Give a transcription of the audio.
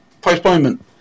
postponement